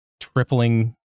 tripling